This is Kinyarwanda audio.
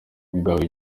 kugaba